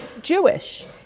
Jewish